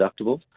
deductible